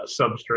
substrate